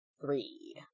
Three